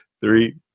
Three